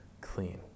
clean